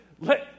let